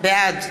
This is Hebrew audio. בעד